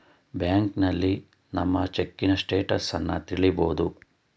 ಬ್ಯಾಂಕ್ನಲ್ಲಿ ನಮ್ಮ ಚೆಕ್ಕಿನ ಸ್ಟೇಟಸನ್ನ ತಿಳಿಬೋದು